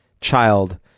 child